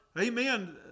amen